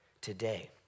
Today